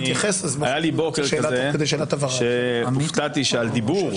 היה לי בוקר כזה שהופתעתי שעל דיבור,